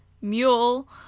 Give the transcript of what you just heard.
mule